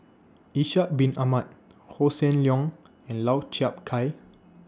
Ishak Bin Ahmad Hossan Leong and Lau Chiap Khai